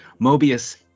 Mobius